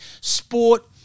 sport